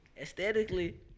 aesthetically